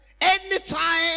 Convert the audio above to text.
Anytime